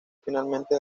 finalmente